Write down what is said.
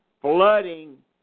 flooding